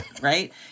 right